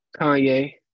Kanye